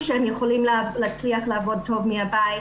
שהראו שהם יכולים להצליח לעבוד טוב מהבית,